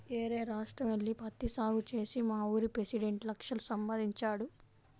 యేరే రాష్ట్రం యెల్లి పత్తి సాగు చేసి మావూరి పెసిడెంట్ లక్షలు సంపాదించాడు